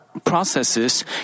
processes